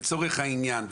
לצורך העניין,